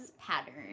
pattern